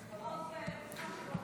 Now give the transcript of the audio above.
באדיבות עוז רוחם של לוחמינו.